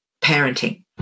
parenting